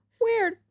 weird